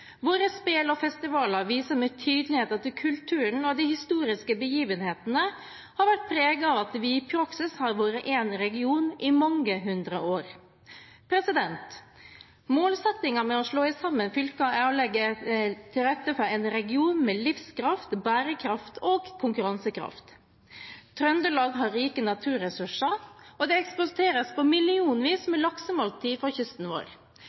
Våre spel og festivaler viser med tydelighet at kulturen og de historiske begivenhetene har vært preget av at vi i praksis har vært én region i mange hundre år. Målsettingen med å slå sammen fylkene er å legge til rette for en region med livskraft, bærekraft og konkurransekraft. Trøndelag har rike naturressurser, og det eksporteres millionvis med laksemåltider fra kysten vår.